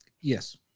Yes